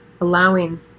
allowing